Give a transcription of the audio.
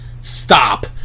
stop